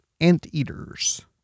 anteaters